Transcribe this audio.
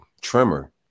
trimmer